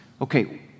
Okay